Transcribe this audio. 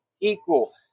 equal